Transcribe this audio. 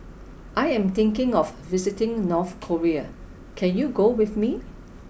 I am thinking of visiting North Korea can you go with me